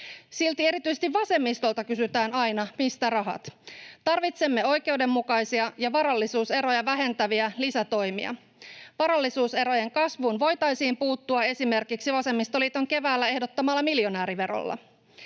Silti erityisesti vasemmistolta kysytään aina, mistä rahat. Tarvitsemme oikeudenmukaisia ja varallisuuseroja vähentäviä lisätoimia. Varallisuuserojen kasvuun voitaisiin puuttua esimerkiksi vasemmistoliiton keväällä ehdottamalla miljonääriverolla.